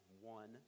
one